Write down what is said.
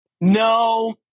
no